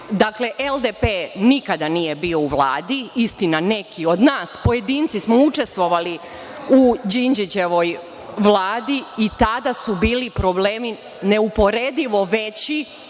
Vlade. Dakle, LDP nikada nije bio u Vladi. Istina, neki od nas, pojedinci, smo učestvovali u Đinđićevoj Vladi i tada su bili problemi neuporedivo veći,